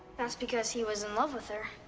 that's because he was in love with her.